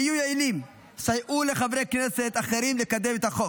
היו יעילים, סייעו לחברי כנסת אחרים לקדם את החוק,